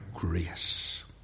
grace